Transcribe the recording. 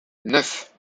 neuf